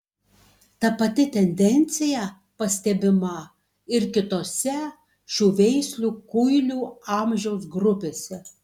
ta pati tendencija pastebima ir kitose šių veislių kuilių amžiaus grupėse